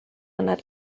anat